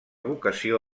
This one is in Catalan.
vocació